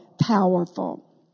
Powerful